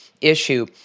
issue